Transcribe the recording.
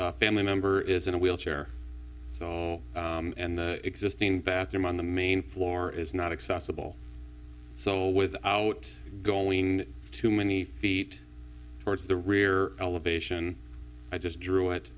family member is in a wheelchair and the existing bathroom on the main floor is not accessible so without going too many feet towards the rear elevation i just drew it